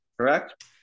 Correct